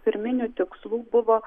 pirminių tikslų buvo